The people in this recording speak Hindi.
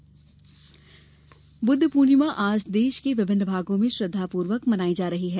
बुद्ध पूर्णिमा बुद्ध पूर्णिमा आज देश के विभिन्न भागों में श्रद्धापूर्वक मनायी जा रही है